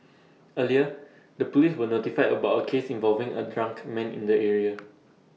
earlier the Police were notified about A case involving A drunk man in the area